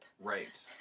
Right